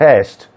Test